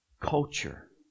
culture